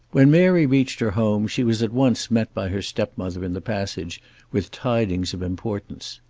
when mary reached her home she was at once met by her stepmother in the passage with tidings of importance.